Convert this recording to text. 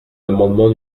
amendement